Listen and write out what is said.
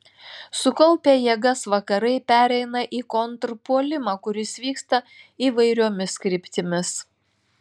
sukaupę jėgas vakarai pereina į kontrpuolimą kuris vyksta įvairiomis kryptimis